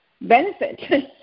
benefit